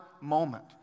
moment